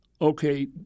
okay